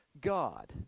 God